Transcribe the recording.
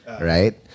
right